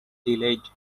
delayed